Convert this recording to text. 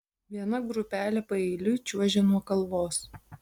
viena grupelė paeiliui čiuožė nuo kalvos